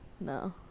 No